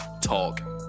talk